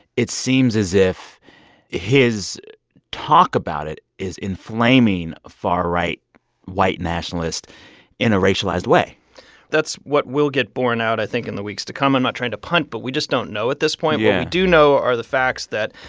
it seems as if his talk about it is inflaming far-right white nationalist in a racialized way that's what will get borne out, i think, in the weeks to come. i'm not trying to punt, but we just don't know at this point yeah what we do know are the facts that,